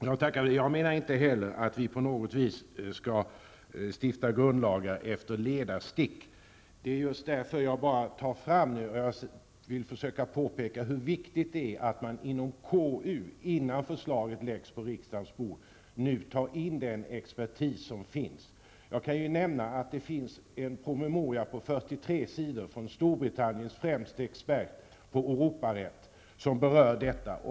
Herr talman! Jag menar inte heller att vi på något sätt skall stifta grundlagar efter ledarstick. Jag vill dock försöka påpeka hur viktigt det är att man innan förslaget läggs på riksdagens bord i KU tar in den expertis som finns. Storbritanniens främste expert på Europarätt har skrivit en promemoria på 43 sidor som berör detta.